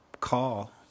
call